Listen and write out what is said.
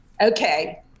Okay